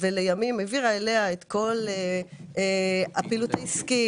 ולימים העבירה אליה את כל הפעילות העסקית,